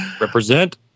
represent